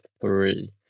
three